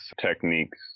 techniques